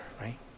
Right